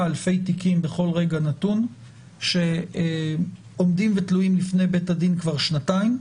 אלפי תיקים בכל רגע נתון שהם עומדים ותלויים לפני בית הדין כבר שנתיים,